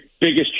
biggest